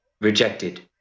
rejected